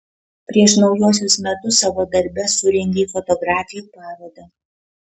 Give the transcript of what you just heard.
prieš naujuosius metus savo darbe surengei fotografijų parodą